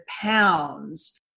pounds